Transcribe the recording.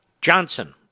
Johnson